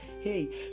hey